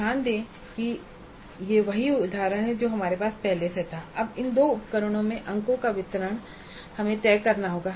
ध्यान दें कि यह वही उदाहरण है जो हमारे पास पहले था अब इन दो उपकरणों में अंकों का वितरण हमें तय करना होगा